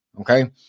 okay